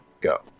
go